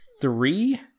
three